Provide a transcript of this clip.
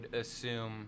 assume